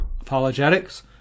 apologetics